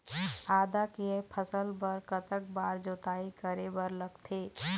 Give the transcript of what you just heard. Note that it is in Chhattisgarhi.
आदा के फसल बर कतक बार जोताई करे बर लगथे?